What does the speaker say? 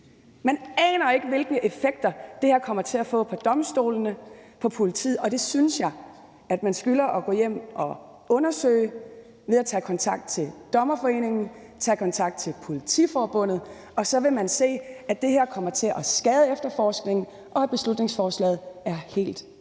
Man aner ikke, hvilke effekter det her kommer til at få på domstolene og på politiet, og det synes jeg man skylder at gå hjem og undersøge ved at tage kontakt til Dommerforeningen og Politiforbundet, og så vil man se, at det her kommer til at skade efterforskningen, og at beslutningsforslaget er helt i hegnet.